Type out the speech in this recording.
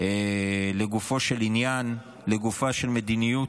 לגופו של עניין, לגופה של מדיניות,